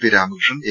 P Ramakrishnan A